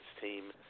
team